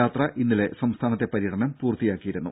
യാത്ര ഇന്നലെ സംസ്ഥാനത്തെ പര്യടനം പൂർത്തിയാക്കിയിരുന്നു